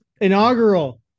inaugural